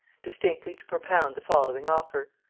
distinctly to propound the following offer.